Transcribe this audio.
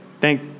thank